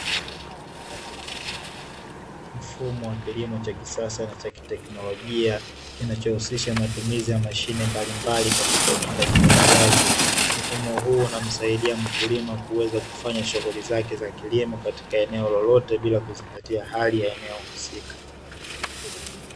Mfumo wa kilimo cha kisasa na cha kiteknolojia kinachohusisha matumizi ya mashine mbalimbali katika utendaji kazi wake. Mfumo huu unamsaidia mkulima kuweza kufanya shughuli zake za kilimo katika eneo lolote, bila kuzingatia hali ya eneo husika.